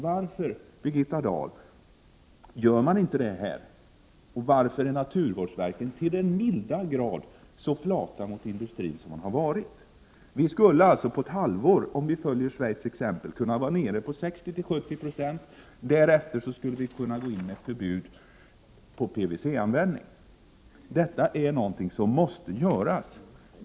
Varför, Birgitta Dahl, gör man inte på samma sätt här? Varför är man inom naturvårdsverket så till den milda grad flat mot industrin, som man hittills har varit? Om vi följde Schweiz exempel skulle vi i Sverige på ett halvt år kunna vara nere på nivån 60—70 96. Därefter kan vi gå in med ett förbud mot PVC-användning. Detta är någonting som måste göras.